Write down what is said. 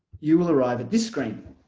you will arrive at this screen